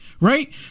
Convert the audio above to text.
Right